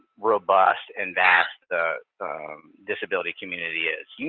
robust and vast the disability community is.